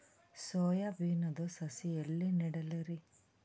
Soya ಬಿನದು ಸಸಿ ಎಲ್ಲಿ ನೆಡಲಿರಿ?